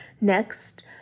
Next